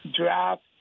draft